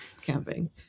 camping